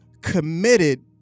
committed